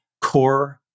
core